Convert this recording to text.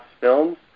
Films